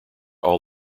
all